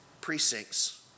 precincts